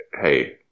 hey